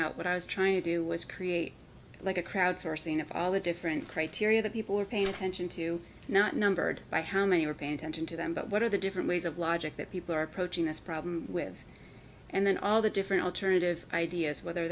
out what i was trying to do was create like a crowd sourcing of all the different criteria that people are paying attention to not numbered by how many are paying attention to them but what are the different ways of logic that people are approaching this problem with and then all the different alternative ideas whether